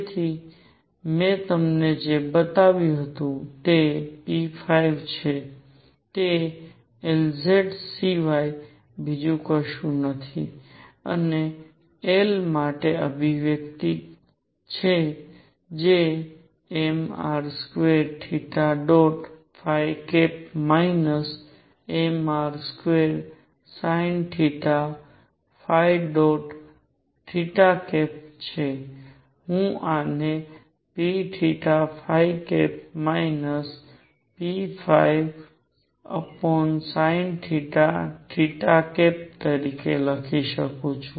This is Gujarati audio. તેથી મેં તમને જે બતાવ્યું છે તે p છે એ L z સિવાય બીજું કશું નથી અને L માટેની અભિવ્યક્તિ કે જે mr2 mr2sinθ છે હું આને p psinθ તરીકે લખી શકું છું